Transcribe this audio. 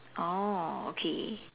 oh okay